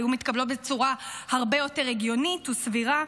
הן היו מתקבלות בצורה הרבה יותר הגיונית וסבירה,